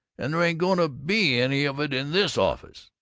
and there ain't going to be any of it in this office!